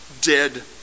dead